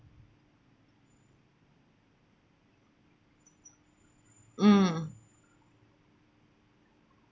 mm